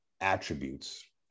attributes